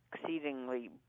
exceedingly